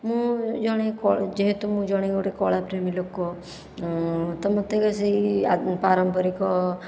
ମୁଁ ଜଣେ ଯେହେତୁ ମୁଁ ଜଣେ ଗୋଟିଏ କଳା ପ୍ରେମୀ ଲୋକ ତ ମୋତେ ସେହି ପାରମ୍ପାରିକ